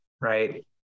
right